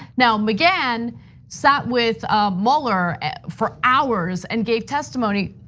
now mcgahn sat with ah mueller for hours and gave testimony,